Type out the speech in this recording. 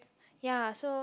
ya so